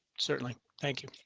certainly. thank you.